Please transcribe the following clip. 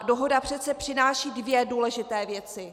Dohoda přece přináší dvě důležité věci.